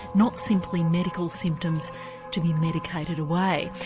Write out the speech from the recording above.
not simply medical symptoms to be medicated away.